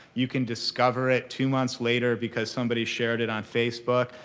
you can discover it two months later because somebody shared it on facebook.